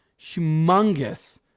humongous